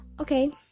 okay